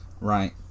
Right